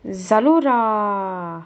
Zalora